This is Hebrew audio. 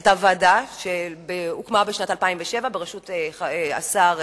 היתה ועדה שהוקמה בשנת 2007 בראשות השר,